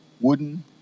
Wooden